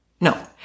no